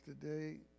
today